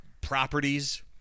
properties